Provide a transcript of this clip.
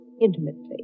intimately